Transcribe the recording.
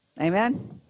Amen